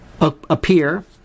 appear